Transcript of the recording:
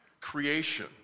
Creation